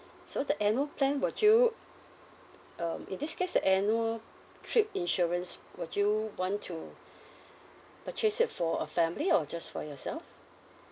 so the annual plan would you um in this case the annual trip insurance would you want to purchase it for a family or just for yourself